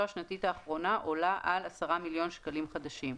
השנתית האחרונה עולה על עשרה מיליון שקלים חדשים,